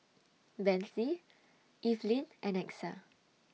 Bethzy Eveline and Exa